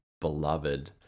beloved